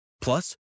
Plus